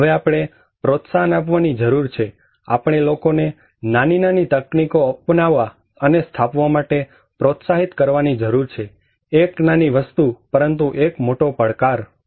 હવે આપણે પ્રોત્સાહન આપવાની જરૂર છે આપણે લોકોને નાની નાની તકનીકો અપનાવવા અને સ્થાપવા માટે પ્રોત્સાહિત કરવાની જરૂર છે એક નાની વસ્તુ પરંતુ એક મોટો પડકાર